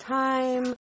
time